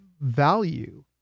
value